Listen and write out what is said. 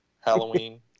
Halloween